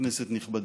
כנסת נכבדה,